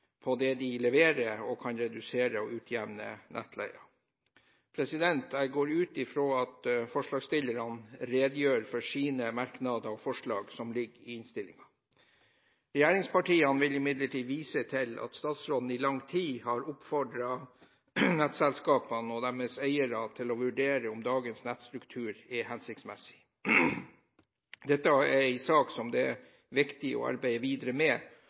på det de leverer, og redusere og utjevne nettleien. Jeg går ut fra at forslagsstillerne redegjør for sine merknader og forslag, som ligger i innstillingen. Regjeringspartiene vil imidlertid vise til at statsråden i lang tid har oppfordret nettselskapene og deres eiere til å vurdere om dagens nettstruktur er hensiktsmessig. Dette er en sak som det er viktig å arbeide videre med,